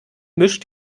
mischt